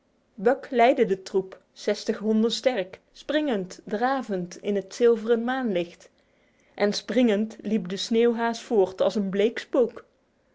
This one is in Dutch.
buck leidde de troep zestig honden sterk springend dravend in het zilveren maanlicht en springend liep de sneeuwhaas voort als een bleek spook